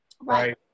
right